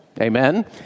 Amen